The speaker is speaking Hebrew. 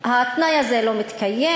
התנאי הזה לא מתקיים,